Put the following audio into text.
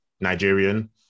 Nigerian